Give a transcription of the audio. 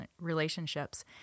relationships